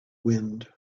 wind